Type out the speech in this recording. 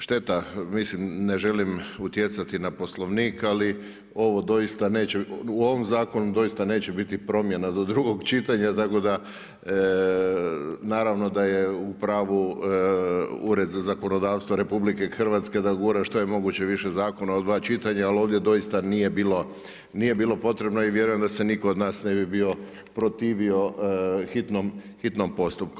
Šteta, mislim ne želim utjecati na poslovnik, ali ovo doista, u ovom zakonu doista neće biti promjena do drugog čitanja, tako da naravno, da je u pravu Ured za zakonodavstvo RH, da gura što je moguće više zakona u dva čitanja, ali ovdje doista nije bilo potrebno i vjerujem da se nitko od nas ne bi bio protivio hitnom postupku.